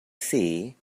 see